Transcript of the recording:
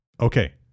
Okay